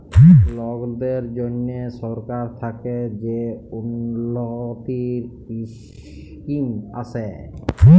লকদের জ্যনহে সরকার থ্যাকে যে উল্ল্যতির ইসকিম আসে